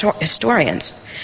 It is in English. historians